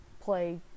play